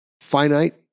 finite